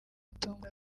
gutungura